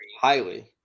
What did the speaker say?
Highly